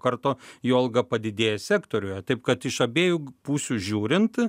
karto jo alga padidėja sektoriuje taip kad iš abiejų pusių žiūrint